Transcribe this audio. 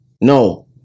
no